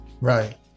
Right